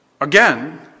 Again